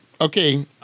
Okay